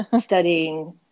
studying